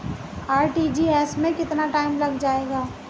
RTGS में कितना time लग जाएगा?